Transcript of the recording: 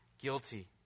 guilty